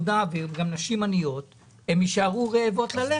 נשים עניות והן יישארו רעבות ללחם.